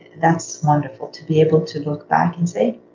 that's wonderful to be able to look back and say,